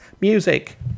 music